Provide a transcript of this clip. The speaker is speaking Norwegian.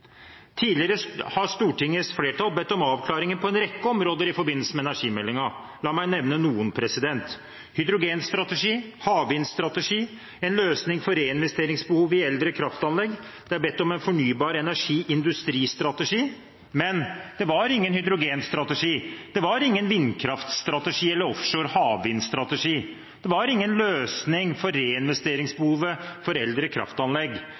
Tidligere har Stortingets flertall bedt om avklaringer på en rekke områder i forbindelse med energimeldingen. La meg nevne noen: hydrogenstrategi, havvindstrategi, en løsning for reinvesteringsbehov i eldre kraftanlegg, Og det er bedt om en fornybar energiindustristrategi. Men det var ingen hydrogenstrategi. Det var ingen vindkraftstrategi eller offshore havvindstrategi. Det var ingen løsning for reinvesteringsbehovet for eldre kraftanlegg,